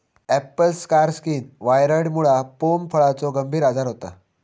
Apple scar skin व्हायरॉइडमुळा pome फळाचो गंभीर आजार होता